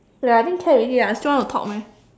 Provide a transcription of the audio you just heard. ya I think can already ah still want to talk meh